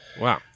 Wow